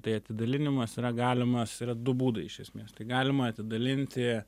tai atidalinimas yra galimas yra du būdai iš esmės tai galima atidalinti